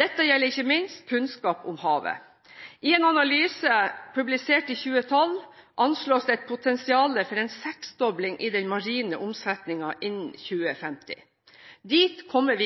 Dette gjelder ikke minst kunnskap om havet. I en analyse publisert i 2012, anslås det et potensial for en seksdobling i den marine omsetningen innen 2050. Dit kommer